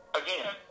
again